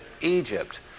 Egypt